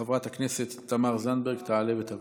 חברת הכנסת תמר זנדברג תעלה ותבוא.